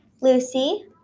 Lucy